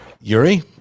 Yuri